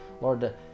Lord